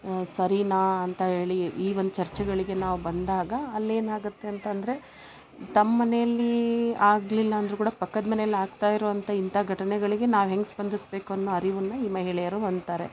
ಸರಿನಾ ಅಂತ ಹೇಳಿ ಈ ಒಂದು ಚರ್ಚೆಗಳಿಗೆ ನಾವು ಬಂದಾಗ ಅಲ್ಲೇನಾಗತ್ತೆ ಅಂತಂದರೆ ತಮ್ಮನೇಲ್ಲಿ ಆಗಲಿಲ್ಲ ಅಂದರೂ ಕೂಡ ಪಕ್ಕದ ಮನೇಲಿ ಆಗ್ತಾಯಿರುವಂಥಾ ಇಂಥಾ ಘಟನೆಗಳಿಗೆ ನಾವು ಹೆಂಗೆ ಸ್ಪಂದಿಸಬೇಕು ಅನ್ನೋ ಅರಿವನ್ನ ಈ ಮಹಿಳೆಯರು ಹೊಂದ್ತಾರೆ